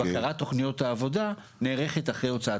בקרת תוכניות העבודה נערכת אחרי הוצאת